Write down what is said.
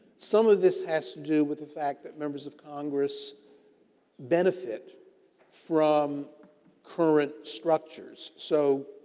some of this has to do with the fact that members of congress benefit from current structures. so,